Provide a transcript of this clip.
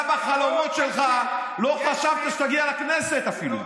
אתה בחלומות שלך לא חשבת שתגיע לכנסת אפילו.